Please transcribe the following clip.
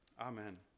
Amen